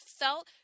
felt